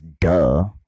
Duh